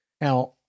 Now